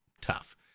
Tough